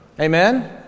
amen